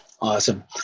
Awesome